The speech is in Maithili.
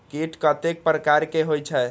कीट कतेक प्रकार के होई छै?